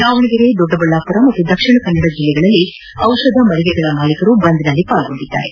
ದಾವಣಗೆರೆ ದೊಡ್ಡಬಳ್ಳಾಪುರ ಮತ್ತು ದಕ್ಷಿಣ ಕನ್ನಡ ಜಿಲ್ಲೆಯಲ್ಲಿ ದಿಷಧ ಮಳಿಗೆಗಳ ಮಾಲೀಕರು ಬಂದ್ನಲ್ಲಿ ಪಾಲ್ಗೊಂಡಿದ್ದಾರೆ